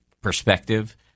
perspective